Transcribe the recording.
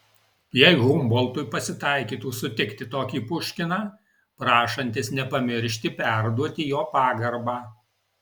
jei humboltui pasitaikytų sutikti tokį puškiną prašantis nepamiršti perduoti jo pagarbą